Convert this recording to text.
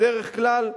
בדרך כלל,